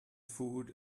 food